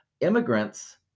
Immigrants